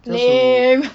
lame